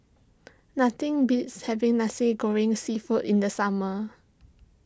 nothing beats having Nasi Goreng Seafood in the summer